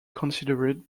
considered